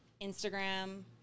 Instagram